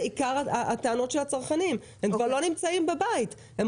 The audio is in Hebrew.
לפעמים הצרכנים כבר לא נמצאים בבית אחרי שלוש שעות.